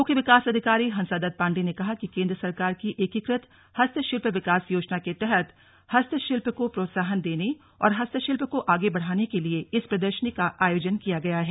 मुख्य विकास अधिकारी हसांदत्त पांडे ने कहा कि केंद्र सरकार की एकीकृत हस्तशिल्प विकास योजना के तहत हस्तशिल्प को प्रोत्साहन देने और हस्तशिल्प को आगे बढ़ाने के लिए इस प्रदर्शनी का आयोजन किया गया है